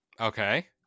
Okay